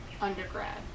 undergrad